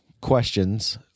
questions